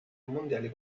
mondiali